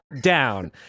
down